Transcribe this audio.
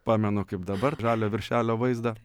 pamenu kaip dabar žalią viršelio vaizdą